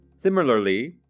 Similarly